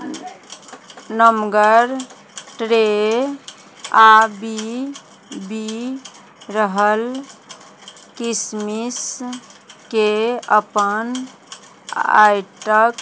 नमगर ट्रे आओर बी बी रहल किशमिशके अपन आइटक